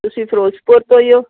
ਤੁਸੀਂ ਫਿਰੋਜ਼ਪੁਰ ਤੋਂ ਹੀ ਹੋ